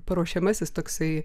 paruošiamasis toksai